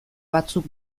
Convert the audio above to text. batzuk